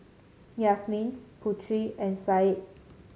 Yasmin Putri and Said